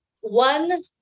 one